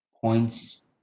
points